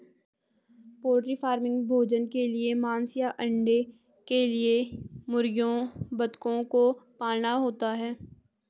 poultry farming भोजन के लिए मांस या अंडे के लिए मुर्गियों बतखों को पालना होता है